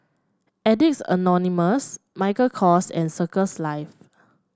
Addicts Anonymous Michael Kors and Circles Life